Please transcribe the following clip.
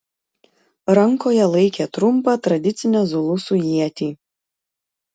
rankoje laikė trumpą tradicinę zulusų ietį